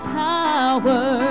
tower